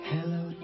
Hello